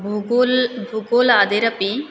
भूगोलं भूगोलादिरपि